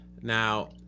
Now